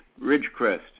ridgecrest